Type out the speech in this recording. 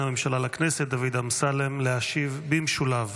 הממשלה לכנסת דוד אמסלם להשיב במשולב